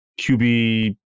QB